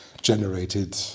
generated